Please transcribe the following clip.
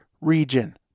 region